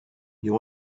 you